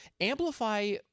Amplify